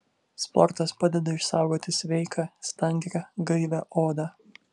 sportas padeda išsaugoti sveiką stangrią gaivią odą